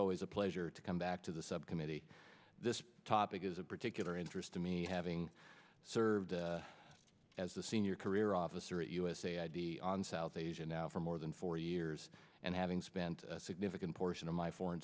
always a pleasure to come back to the subcommittee this topic is of particular interest to me having served as the senior career officer at usa id on south asia now for more than four years and having spent a significant portion of my foreign